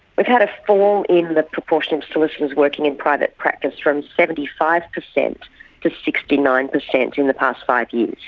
we've had a fall in the proportion of solicitors working in private practice, from seventy five percent to sixty nine percent in the past five years.